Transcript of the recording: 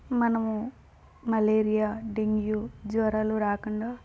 మనము malaria dengue జ్వరాలు రాకుండా